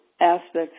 aspects